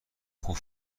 خوب